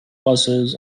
buses